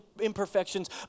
imperfections